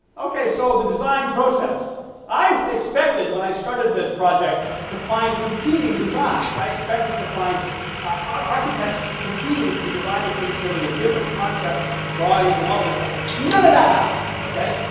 okay, so the design process i've expected when i started this project to find competing designs i expected to find architects competing to design the physics building with different concepts drawings and all of this stuff none of that happened, okay?